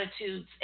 attitudes